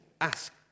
ask